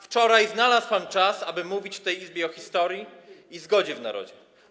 Wczoraj znalazł pan czas, aby mówić w tej Izbie o historii i zgodzie w narodzie.